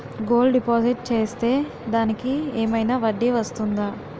Gold deposit చేస్తే దానికి ఏమైనా వడ్డీ వస్తుందా?